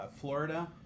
Florida